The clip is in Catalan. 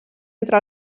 entre